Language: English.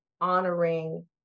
honoring